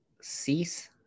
Cease